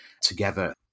together